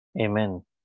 amen